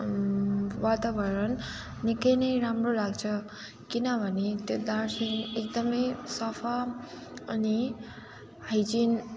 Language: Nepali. वातावरण निकै नै राम्रो लाग्छ किनभने त्यो दार्जिलिङ एकदमै सफा अनि हाइजिन